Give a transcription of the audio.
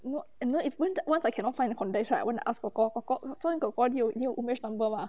you know and the went to once I cannot find the contacts right I went to ask kor kor kor kor jun kor kor 你有 number mah